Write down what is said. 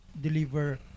deliver